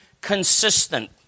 consistent